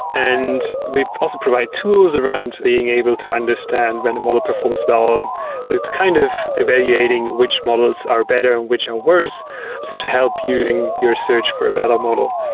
and we've also provided tools around being able to understand when a model performs well. so it's kind of evaluating which models are better and which are worse so to help you in your search for a better model.